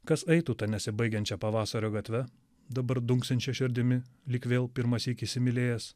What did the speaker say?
kas eitų ta nesibaigiančia pavasario gatve dabar dunksinčia širdimi lyg vėl pirmąsyk įsimylėjęs